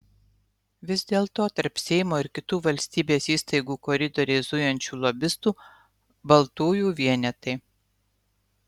vis dėlto tarp seimo ir kitų valstybės įstaigų koridoriais zujančių lobistų baltųjų vienetai